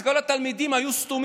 אז כולם התלמידים בכיתה היו סתומים?